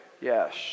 Yes